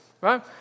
right